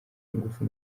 ngufu